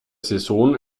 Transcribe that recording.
saison